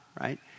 right